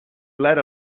let